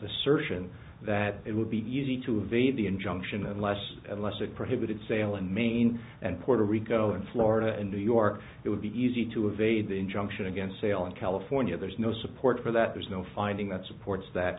assertion that it would be easy to evade the injunction unless unless it prohibited sale in maine and puerto rico and florida in new york it would be easy to evade the injunction against sale in california there's no support for that there's no finding that supports that